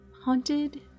haunted